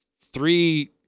three